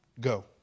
go